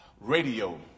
radio